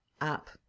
up